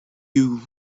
you